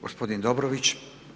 Gospodin Dobrović.